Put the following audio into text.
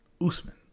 Usman